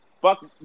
Fuck